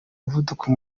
muvuduko